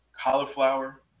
cauliflower